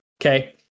Okay